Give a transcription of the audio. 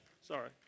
sorry